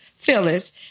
Phyllis